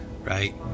right